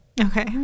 Okay